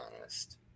honest